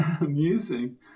Amusing